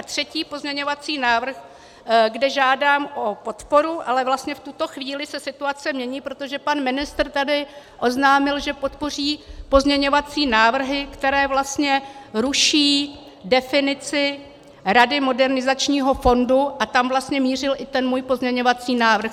Třetí pozměňovací návrh, kde žádám o podporu, ale vlastně v tuto chvíli se situace mění, protože pan ministr tady oznámil, že podpoří pozměňovací návrhy, které vlastně ruší definici Rady Modernizačního fondu, a tam vlastně mířil i ten můj pozměňovací návrh.